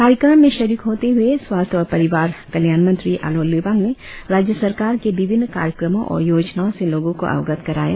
कार्यक्रम में शरीक होते हुए स्वास्थ्य और परिवार कल्याण मंत्री आलो लिबांग ने राज्य सरकार के विभिन्न कार्यक्रमों और योजनाओं से लोगों को अवगत कराया